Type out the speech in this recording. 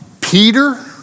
Peter